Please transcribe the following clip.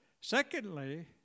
Secondly